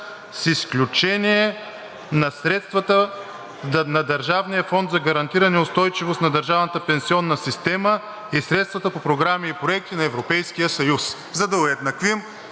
средствата на Държавния фонд за гарантиране и устойчивост на държавната пенсионна система и средствата по програми и проекти на Европейския съюз“,